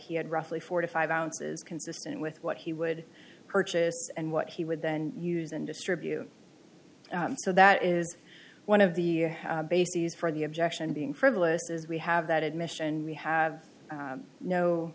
he had roughly four to five ounces consistent with what he would purchase and what he would then use and distribute so that is one of the bases for the objection being frivolous is we have that admission we have